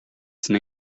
san